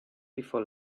before